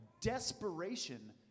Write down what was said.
desperation